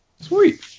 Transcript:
Sweet